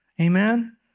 Amen